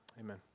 Amen